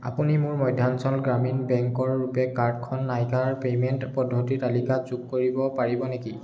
আপুনি মোৰ মধ্যাঞ্চল গ্ৰামীণ বেংকৰ ৰুপে কাৰ্ডখন নাইকাৰ পে'মেণ্ট পদ্ধতিৰ তালিকাত যোগ কৰিব পাৰিব নেকি